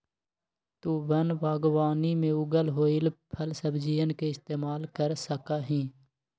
तु वन बागवानी में उगल होईल फलसब्जियन के इस्तेमाल कर सका हीं